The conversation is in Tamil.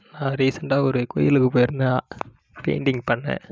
நான் ரீசென்டாக ஒரு கோயிலுக்குப் போயிருந்தேன் பெயிண்டிங் பண்ண